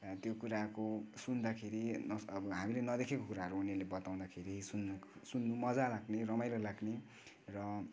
त्यो कुराको सुन्दाखेरि न त हामीले नदेखेको कुराहरू उनीहरूले बताउँदाखेरि सुन्नुको सुन्नु मजा लाग्ने रमाइलो लाग्ने र